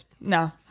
no